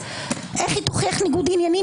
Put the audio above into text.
איך היא תוכיח ניגוד עניינים?